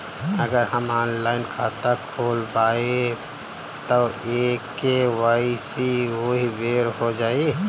अगर हम ऑनलाइन खाता खोलबायेम त के.वाइ.सी ओहि बेर हो जाई